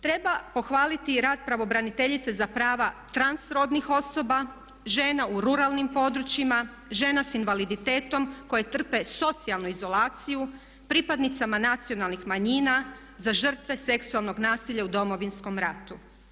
Treba pohvaliti i rad pravobraniteljice za prava transrodnih osoba, žena u ruralnim područjima, žena s invaliditetom koje trpe socijalnu izolaciju, pripadnicama nacionalnih manjina, za žrtve seksualnog nasilja u Domovinskom ratu.